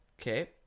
Okay